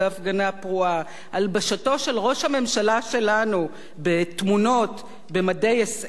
הלבשתו של ראש הממשלה שלנו בתמונות במדי האס.אס ובכאפיה.